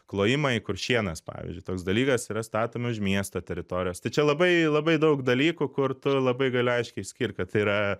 klojimai kur šienas pavyzdžiui toks dalykas yra statomi už miesto teritorijos tai čia labai labai daug dalykų kur tu labai gali aiškiai išskirt kad tai yra